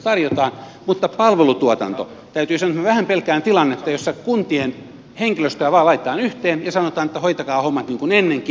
palvelutuotannossa täytyy sanoa minä vähän pelkään tilannetta jossa kuntien henkilöstöä vain laitetaan yhteen ja sanotaan että hoitakaa hommat niin kuin ennenkin